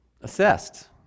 assessed